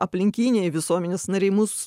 aplinkiniai visuomenės nariai mus